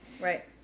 Right